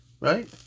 right